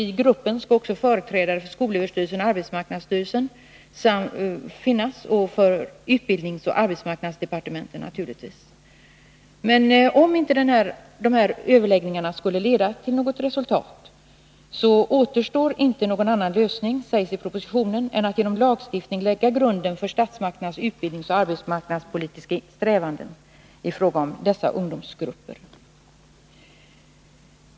I gruppen skall också ingå företrädare för skolöverstyrelsen, arbetsmarknadstyrelsen och naturligtvis också för utbildningsoch arbetsmarknadsdepartementen. I propositionen sägs vidare att om överläggningarna inte skulle leda till något resultat, återstår inte någon annan lösning än att genom lagstiftning lägga grunden för statsmakternas utbildningsoch arbetsmarknadspolitiska strävanden i fråga om dessa ungdomsgrupper.